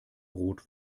rot